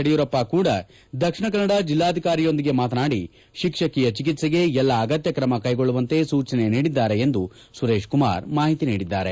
ಯಡಿಯೂರಪ್ಪ ಕೂಡಾ ದಕ್ಷಿಣ ಕನ್ನಡ ಜಿಲ್ಲಾಧಿಕಾರಿಯೊಂದಿಗೆ ಮಾತನಾಡಿ ಶಿಕ್ಷಕಿಯ ಚಿಕಿತ್ಸೆಗೆ ಎಲ್ಲ ಅಗತ್ತ ಕ್ರಮ ಕೈಗೊಳ್ಳುವಂತೆ ಸೂಚನೆ ನೀಡಿದ್ದಾರೆ ಎಂದು ಸುರೇಶ್ ಕುಮಾರ್ ಮಾಹಿತಿ ನೀಡಿದ್ದಾರೆ